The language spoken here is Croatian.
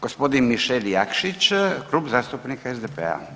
Gospodin Mišel Jakšić, Klub zastupnika SDP-a.